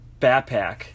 backpack